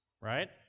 right